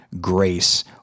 grace